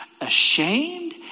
ashamed